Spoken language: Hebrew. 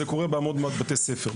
זה קורה בהרבה מאוד בתי ספר.